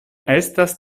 estas